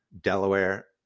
Delaware